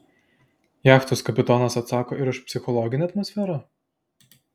jachtos kapitonas atsako ir už psichologinę atmosferą